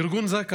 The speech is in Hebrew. ארגון זק"א,